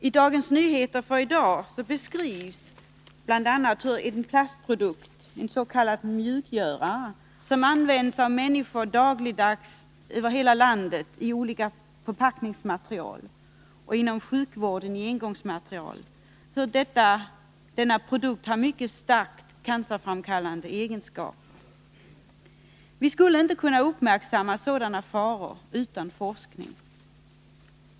I Dagens Nyheter för i dag beskrivs bl.a. hur en plastprodukt, en s.k. mjukgörare, som används dagligdags av människor över hela landet i olika förpackningsmaterial och inom sjukvården i engångsmaterial, har mycket starkt cancerframkallande egenskaper. Vi skulle inte kunna uppmärksamma sådana faror utan forskning.